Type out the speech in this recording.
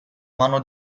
mano